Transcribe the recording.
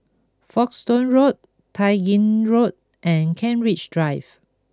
Folkestone Road Tai Gin Road and Kent Ridge Drive